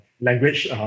language